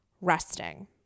resting